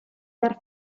dare